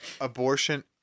abortion